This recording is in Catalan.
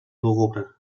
lúgubre